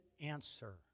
answer